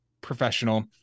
professional